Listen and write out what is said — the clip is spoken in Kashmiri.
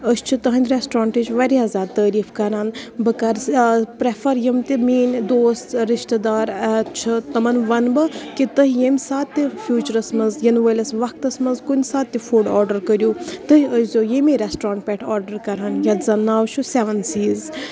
أسۍ چھِ تُہٕنٛدِ رسٹورَنٹٕچ واریاہ زیادٕ تعرِیٖف کران بہٕ کَرٕ زیادٕ پرٛیفَر یِم تہِ میٛٲنۍ دوس رِشتہٕ دار آ چھِ تِمَن وَنہٕ بہٕ کہِ تُہۍ ییٚمہِ ساتہٕ تہِ فیوٗچرَس منٛز یِنہٕ وٲلِس وَقتَس منٛز کُنہِ ساتہٕ تہِ فُڈ آرڈَر کٔرِو تُہۍ ٲسۍزیٚو ییٚمی رسٹورَنٛٹ پٮ۪ٹھ آرڈَر کران یَتھ زَن ناو چھُ سیوَن سیٖز